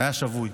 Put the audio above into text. היה שבוי?